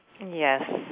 Yes